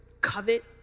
covet